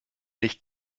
nicht